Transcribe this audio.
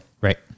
Right